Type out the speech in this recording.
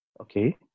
Okay